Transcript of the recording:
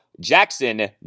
Jackson